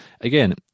Again